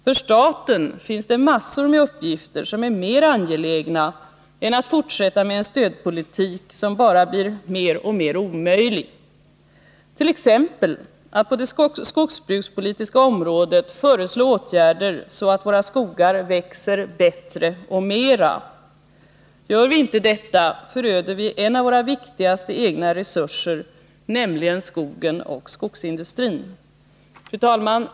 För staten finns det massor med uppgifter som är mer angelägna än att fortsätta med en stödpolitik som bara blir mer och mer omöjlig, t.ex. att på det skogsbrukspolitiska området föreslå åtgärder så att våra skogar växer bättre och mera. Gör vi inte detta föröder vi en av våra viktigaste egna resurser, nämligen skogen och skogsindustrin. Fru talman!